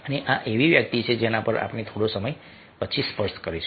અને આ એવી વસ્તુ છે જેના પર આપણે થોડા સમય પછી સ્પર્શ કરીશું